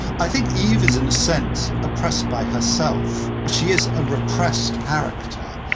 i think eve is, in a sense, oppressed by herself. she is a repressed character.